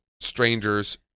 strangers